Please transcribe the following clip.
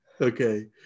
Okay